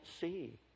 see